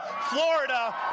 Florida